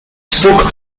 spoke